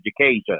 education